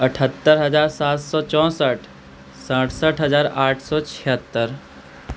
अठहत्तर हजार सात सए चौंसठ सठसठि हजार आठ सए छिहत्तरि